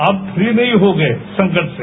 आप फ्री नहीं हो गए संकट से